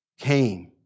came